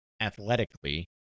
athletically